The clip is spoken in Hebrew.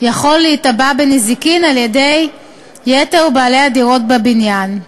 יכול להיתבע בנזיקין על-ידי יתר בעלי הדירות בבניין.